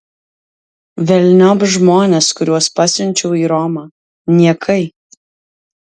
velniop žmones kuriuos pasiunčiau į romą niekai